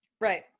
Right